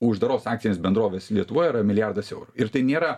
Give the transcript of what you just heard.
uždaros akcinės bendrovės lietuvoj yra milijardas eurų ir tai nėra